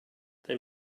they